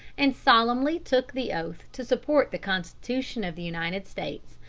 and solemnly took the oath to support the constitution of the united states,